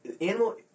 animal